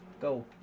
go